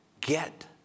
get